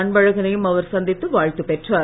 அன்பழக னையும் அவர் சந்தித்து வாழ்த்து பெற்றார்